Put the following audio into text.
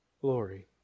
glory